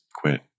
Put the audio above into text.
quit